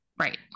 Right